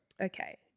Okay